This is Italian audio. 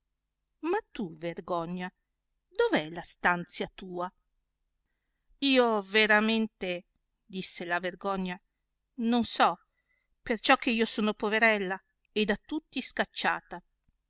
ma tu vergogna dov'è la stanzia tua io veramente disse la vergogna non so perciò che io sono poverella e da tutti scacciata